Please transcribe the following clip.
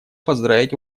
поздравить